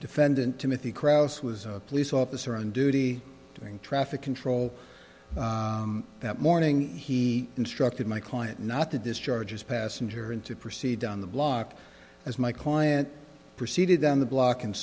defendant timothy crouse was a police officer on duty during traffic control that morning he instructed my client not the discharges passenger in to proceed down the block as my client proceeded down the block and